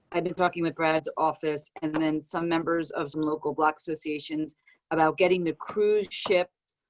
i've been talking with brad's office and then some members of some local block associations about getting the cruise ship.